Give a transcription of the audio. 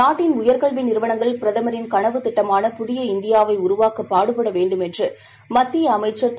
நாட்டின் உயர்கல்வி நிறுவனங்கள் பிரதமரின் கனவுத்திட்டமான புதிய இந்தியாவை உருவாக்க பாடுபட வேண்டும் என்று மத்திய அமைச்சர் திரு